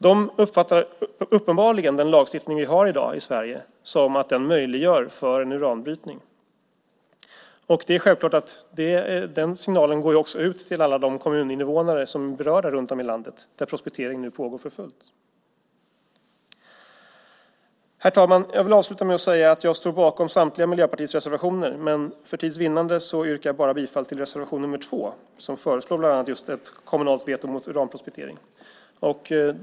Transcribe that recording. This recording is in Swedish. De uppfattar uppenbarligen den lagstiftning vi har i dag i Sverige som att den möjliggör en uranbrytning. Den signalen går också ut till alla de kommuninvånare som är berörda runt om i landet där prospektering nu pågår för fullt. Herr talman! Jag vill avsluta med att säga att jag står bakom samtliga Miljöpartiets reservationer, men för tids vinnande yrkar jag bifall bara till reservation nr 2 som föreslår bland annat ett kommunalt veto mot uranprospektering.